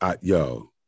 Yo